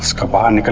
come on!